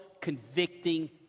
convicting